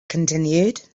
continued